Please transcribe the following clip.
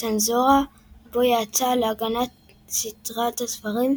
צנזורה בו יצאה להגנת סדרת הספרים,